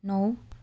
नौ